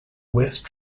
west